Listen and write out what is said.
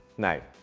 now,